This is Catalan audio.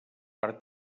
per